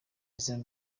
izina